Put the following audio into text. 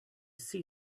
see